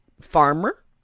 farmer